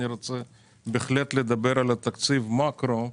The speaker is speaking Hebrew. אני רוצה לדבר על תקציב המקרו.